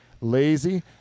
lazy